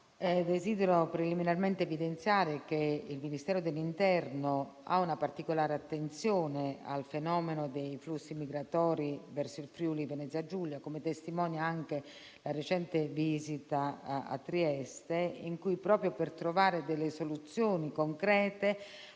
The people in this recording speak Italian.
desidero preliminarmente evidenziare che il Ministero dell'interno ha una particolare attenzione al fenomeno dei flussi migratori verso il Friuli-Venezia Giulia, come testimonia anche la recente visita a Trieste in cui, proprio per trovare delle soluzioni concrete